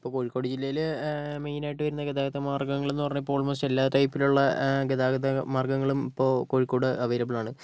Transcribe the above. ഇപ്പോൾ കോഴിക്കോട് ജില്ലയിൽ മെയിൻ ആയിട്ട് വരുന്ന ഗതാഗത മാർഗ്ഗങ്ങൾ എന്ന് പറഞ്ഞാൽ ഇപ്പോൾ ആൾമോസ്റ്റ് എല്ലാ ടൈപ്പിലുള്ള ഗതാഗത മാർഗ്ഗങ്ങളും ഇപ്പോൾ കോഴിക്കോട് അവൈലബിളാണ്